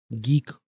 geek